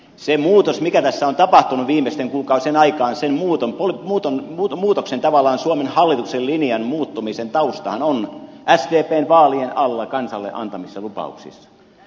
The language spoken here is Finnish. sen muutoksen mikä tässä on tapahtunut viimeisten kuukausien aikaisin muutto oli muuton ruutu aikaan tavallaan suomen hallituksen linjan muuttumisen taustahan on sdpn vaalien alla kansalle antamissa lupauksissa